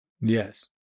Yes